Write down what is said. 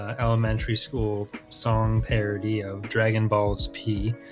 elementary school song parody of dragon balls p